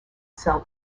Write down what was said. cell